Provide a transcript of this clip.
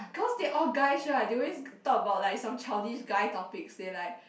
cause they all guys right they always talk about some childish guy topic they like